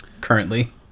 currently